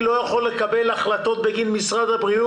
מאפשרים להם לקבל תשלום בעד ימי היעדרות שלהם כאילו זה יום מחלה.